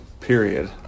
Period